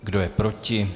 Kdo je proti?